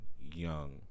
young